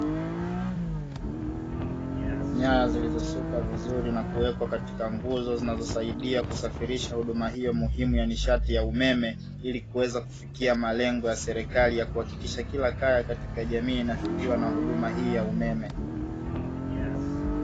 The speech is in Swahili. Nyaya zilizosukwa vizuri na kuwekwa katika nguzo zinazosaidia kusafirisha huduma hiyo muhimu ya nishati ya umeme ili kuweza kufikia malengo ya serikali ya kuhakikisha kila kaya katika jamii inafikiwa na huduma hii ya umeme.